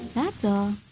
that's all!